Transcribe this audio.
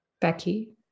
Becky